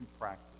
practice